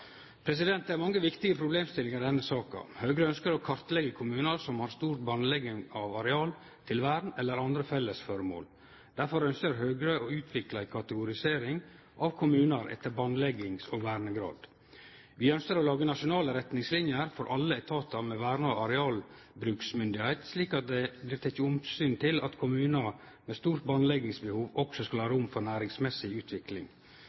Det er mange viktige problemstillingar i denne saka. Høgre ønskjer å kartleggje kommunar som har stor bandlegging av areal til vern eller andre fellesføremål. Derfor ønskjer Høgre å utvikle ei kategorisering av kommunar etter bandleggings- og vernegrad. Vi ønskjer å lage nasjonale retningslinjer for alle etatar med verne- og arealbruksmyndigheit, slik at det blir teke omsyn til at kommunar med stort bandleggingsbehov også skal ha rom for næringsmessig utvikling.